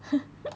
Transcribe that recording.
!huh!